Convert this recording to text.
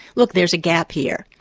look, there's a gap here,